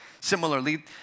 Similarly